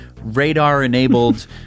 radar-enabled